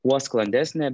kuo sklandesnė